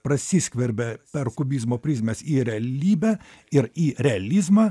prasiskverbia per kubizmo prizmes į realybę ir į realizmą